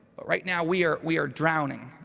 but right now we are we are drowning,